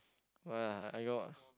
bye I go